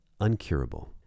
uncurable